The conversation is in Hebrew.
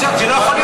זה לא יכול להיות.